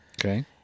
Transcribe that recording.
Okay